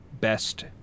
Best